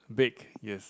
bake yes